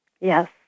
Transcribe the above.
Yes